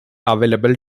available